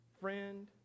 Friend